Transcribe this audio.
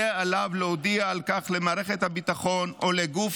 יהיה עליו להודיע על כך למערכת הביטחון או לגוף